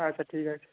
আচ্ছা ঠিক আছে